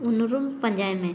ᱩᱱᱩᱨᱩᱢ ᱯᱟᱸᱡᱟᱭ ᱢᱮ